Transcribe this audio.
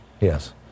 yes